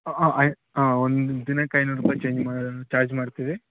I ಹಾಂ ಒಂದು ದಿನಕ್ಕೆ ಐನೂರು ರೂಪಾಯಿ ಚೇಂಜ್ ಮಾ ಚಾರ್ಜ್ ಮಾಡ್ತೀವಿ